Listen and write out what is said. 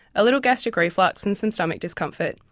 a little gastric reflux and some stomach discomfort,